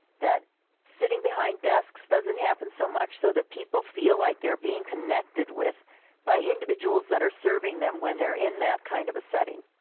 that sitting behind desks doesn't happen so much so that people feel like they are being connected with by individuals that are serving them when they are in the kind of setting.